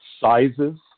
Sizes